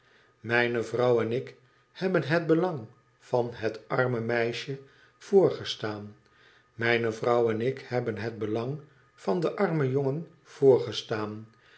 mijne vrouw en ik hebben het belang van het arme meisje voorge staan mijne vrouw en ik hebben het belang van den armen jongen voorgestaan